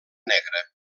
negra